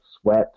sweat